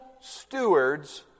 stewards